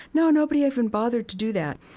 no, nobody even bothered to do that.